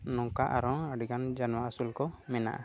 ᱱᱚᱝᱠᱟ ᱟᱨᱦᱚᱸ ᱟᱹᱰᱤᱜᱟᱱ ᱡᱟᱱᱣᱟᱨ ᱟᱹᱥᱩᱞ ᱠᱚ ᱢᱮᱱᱟᱜᱼᱟ